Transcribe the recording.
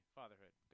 fatherhood